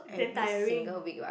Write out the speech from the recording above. damn tiring